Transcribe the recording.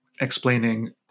explaining